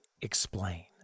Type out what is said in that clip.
explain